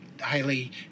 highly